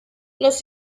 los